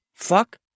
fuck